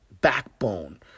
backbone